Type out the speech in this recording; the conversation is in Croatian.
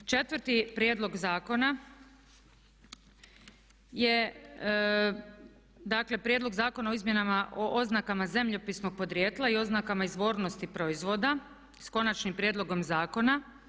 Četvrti prijedlog zakona je dakle Prijedlog zakona o Izmjenama o oznakama zemljopisnog podrijetla i oznakama izvornosti proizvoda sa Konačnim prijedlogom Zakona.